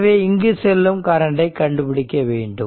எனவே இங்கு செல்லும் கரண்டை கண்டுபிடிக்க வேண்டும்